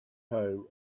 home